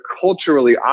culturally